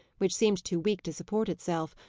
which seemed too weak to support itself,